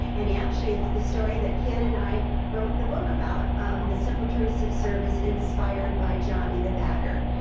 and actually it's the story that ken and i wrote the book about, um the simple truth of service, inspired by johnny the bagger,